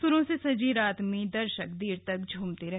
सुरों से सजी रात में दर्शक देर तक झूमते रहे